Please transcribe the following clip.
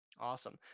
Awesome